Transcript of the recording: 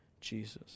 Jesus